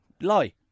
Lie